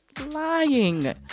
lying